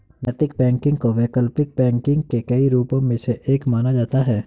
नैतिक बैंकिंग को वैकल्पिक बैंकिंग के कई रूपों में से एक माना जाता है